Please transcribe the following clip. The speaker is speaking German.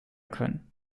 können